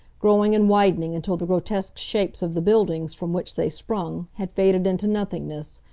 growing and widening until the grotesque shapes of the buildings from which they sprung had faded into nothingness,